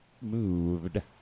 moved